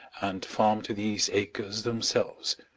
and farmed these acres themselves.